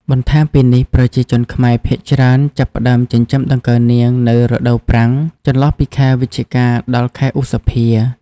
បន្ថែមពីនេះប្រជាជនខ្មែរភាគច្រើនចាប់ផ្តើមចិញ្ចឹមដង្កូវនាង នៅរដូវប្រាំង ចន្លោះពីខែវិច្ឆិកា ដល់ ខែឧសភា។